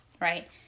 right